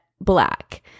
black